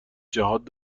جهات